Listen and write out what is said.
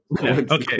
okay